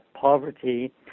poverty